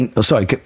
Sorry